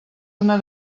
una